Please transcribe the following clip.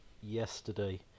yesterday